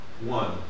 one